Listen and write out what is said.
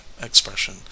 expression